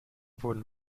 wurden